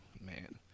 Man